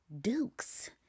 dukes